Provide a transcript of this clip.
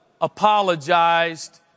apologized